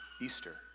Easter